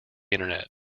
internet